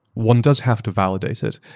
one does have to validate it.